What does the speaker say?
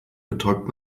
betäubt